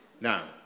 now